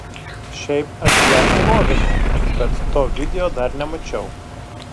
šiaip aš ją filovinu bet to video dar nemačiau